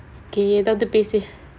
okay எதாவது பேசு:ethaavathu pesu